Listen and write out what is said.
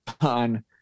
on